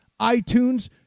iTunes